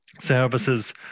services